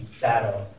battle